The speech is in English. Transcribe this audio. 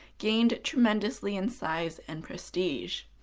gained tremendously in size and prestige.